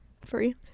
free